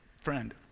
friend